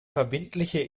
verbindliche